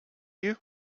you